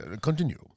continue